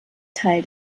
teil